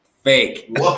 fake